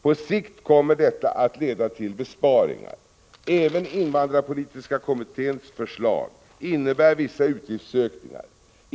På sikt kommer detta att leda till besparingar. Även invandrarpolitiska kommitténs förslag innebär vissa utgiftsökningar.